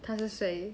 他是谁